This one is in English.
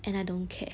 and I don't care